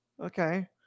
Okay